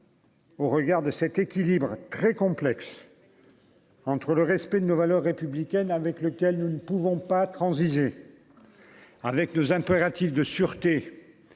Au regard de cet équilibre très complexe entre le respect de nos valeurs républicaines, avec lequel nous ne pouvons pas transiger avec nos impératifs de sûreté